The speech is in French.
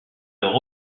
leur